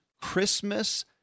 Christmas